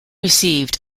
received